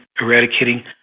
eradicating